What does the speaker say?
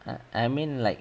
uh I mean like